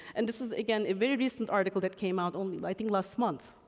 and this is, again, a very recent article that came out only, i think, last month,